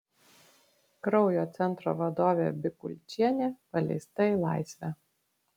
kraujo centro vadovė bikulčienė paleista į laisvę